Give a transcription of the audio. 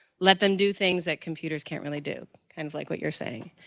let them do things that computers can't really do, kind of like what you're saying.